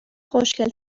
خوشگل